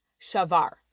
shavar